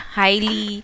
highly